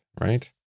right